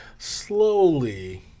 Slowly